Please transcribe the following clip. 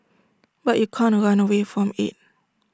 but you can't run away from IT